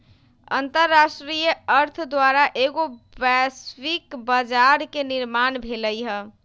अंतरराष्ट्रीय अर्थ द्वारा एगो वैश्विक बजार के निर्माण भेलइ ह